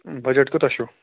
budget کوٗتاہ چھُو